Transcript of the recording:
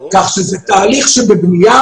זה תהליך שבבנייה.